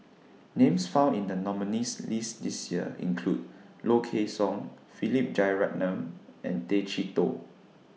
Names found in The nominees' list This Year include Low Kway Song Philip Jeyaretnam and Tay Chee Toh